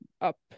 up